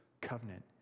covenant